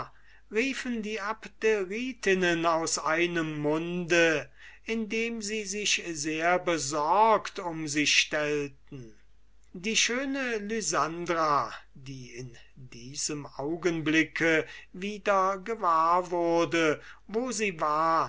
riefen die abderitinnen aus einem munde indem sie sich sehr besorgt um sie stellten die schöne lysandra die in diesem augenblicke wieder gewahr wurde wo sie war